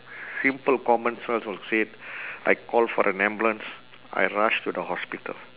simple common sense will said I call for an ambulance I rush to the hospital